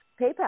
PayPal